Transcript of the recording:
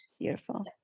Beautiful